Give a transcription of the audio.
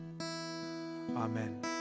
Amen